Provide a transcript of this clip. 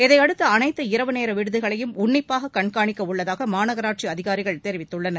இதையடுத்து அனைத்து இரவு நேர விடுதிகளையும் உண்ணிப்பாக கண்காணிக்க உள்ளதாக மாநகராட்சி அதிகாரிகள் தெரிவித்துள்ளனர்